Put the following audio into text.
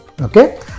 okay